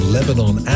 Lebanon